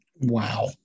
Wow